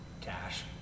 cash